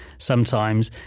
sometimes,